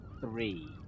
three